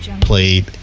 played